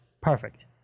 perfect